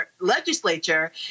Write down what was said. legislature